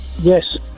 Yes